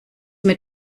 mit